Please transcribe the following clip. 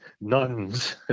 nuns